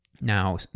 Now